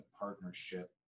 partnership